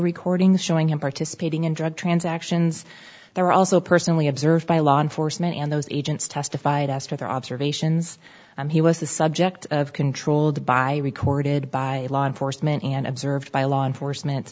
recordings showing him participating in drug transactions they were also personally observed by law enforcement and those agents testified as to their observations and he was the subject of controlled by recorded by law enforcement and observed by law enforcement